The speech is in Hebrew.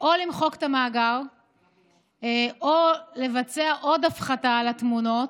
למחוק את המאגר או לבצע עוד הפחתה של התמונות,